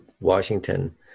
Washington